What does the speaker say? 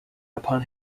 upon